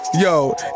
Yo